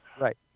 Right